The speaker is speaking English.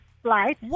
flight